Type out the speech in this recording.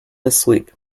asleep